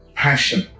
passion